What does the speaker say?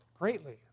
greatly